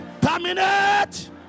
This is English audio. Terminate